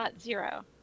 Zero